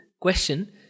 question